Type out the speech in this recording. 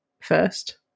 first